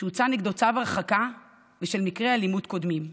שהוצא נגדו צו הרחקה בשל מקרי אלימות קודמים,